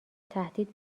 تهدید